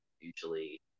usually